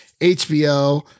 hbo